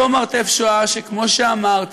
אותו "מרתף השואה" שכמו שאמרתי,